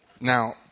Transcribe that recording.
Now